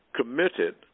committed